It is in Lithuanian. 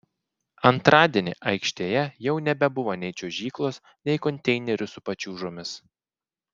antradienį aikštėje jau nebebuvo nei čiuožyklos nei konteinerių su pačiūžomis